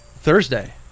Thursday